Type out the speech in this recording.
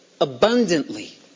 abundantly